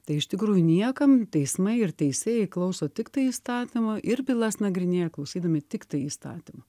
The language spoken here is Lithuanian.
tai iš tikrųjų niekam teismai ir teisėjai klauso tiktai įstatymų ir bylas nagrinėja klausydami tiktai įstatymų